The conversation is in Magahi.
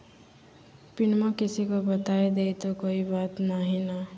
पिनमा किसी को बता देई तो कोइ बात नहि ना?